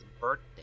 birthday